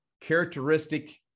characteristic